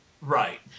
right